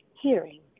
hearing